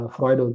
Freud